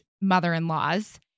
mother-in-laws